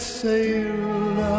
sailed